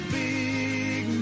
big